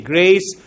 Grace